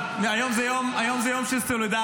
עד שתעשה שקט אני אגיד מזל טוב ליובל,